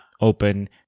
open